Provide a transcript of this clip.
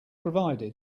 provided